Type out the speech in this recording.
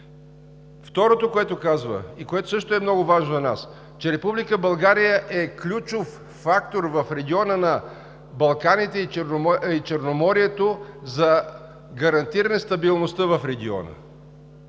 Второто, което казва и което също е много важно за нас, е, че Република България е ключов фактор в региона на Балканите и Черноморието за гарантиране стабилността в региона.